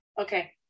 Okay